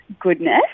Goodness